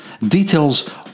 Details